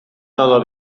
todo